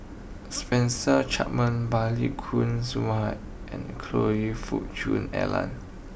Spencer Chapman Balli Kaur Jaswal and Choe Fook Cheong Alan